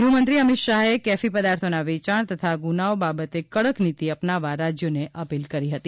ગૃહમંત્રી અમિત શાહે કેફી પદાર્થોના વેચાણ તથા ગૂનાઓ બાબતે કડક નીતિ અપનાવવા રાજ્યોને અપીલ કરી હતી